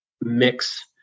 mix